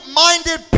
minded